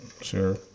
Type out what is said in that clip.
Sure